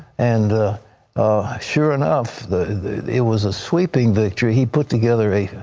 and sure enough, it was a sweeping victory. he put together a